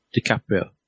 DiCaprio